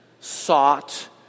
sought